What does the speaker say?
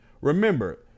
Remember